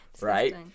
right